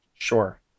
Sure